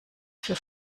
für